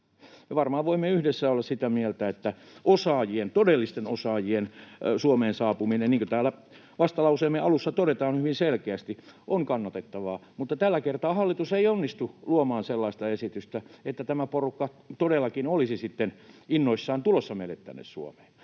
Varmaan voimme yhdessä olla sitä mieltä, että osaajien, todellisten osaajien, Suomeen saapuminen, niin kuin täällä vastalauseemme alussa todetaan hyvin selkeästi, on kannatettavaa, mutta tällä kertaa hallitus ei onnistunut luomaan sellaista esitystä, että tämä porukka todellakin olisi sitten innoissaan tulossa meille tänne Suomeen.